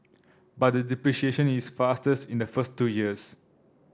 but the depreciation is fastest in the first two years